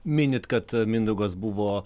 minit kad mindaugas buvo